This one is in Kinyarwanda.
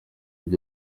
yabo